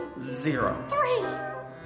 Zero